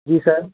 जी sir